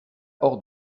hors